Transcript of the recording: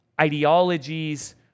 ideologies